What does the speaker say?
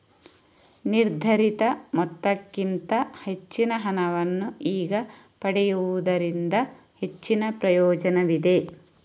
ನಿರ್ಧರಿತ ಮೊತ್ತಕ್ಕಿಂತ ಹೆಚ್ಚಿನ ಹಣವನ್ನು ಈಗ ಪಡೆಯುವುದರಿಂದ ಹೆಚ್ಚಿನ ಪ್ರಯೋಜನವಿದೆ